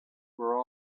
were